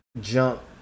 jump